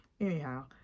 anyhow